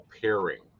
pairing